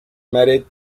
married